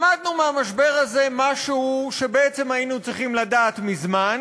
למדנו מהמשבר הזה משהו שבעצם היינו צריכים לדעת מזמן